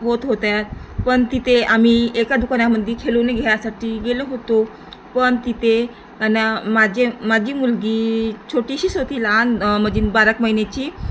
होत होत्या पण तिथे आम्ही एका दुकानामध्ये खेळणे घ्यायसाठी गेलो होतो पण तिथे आणि माझे माझी मुलगी छोटीशीच होती लहान म्हणजे बारा महिन्याची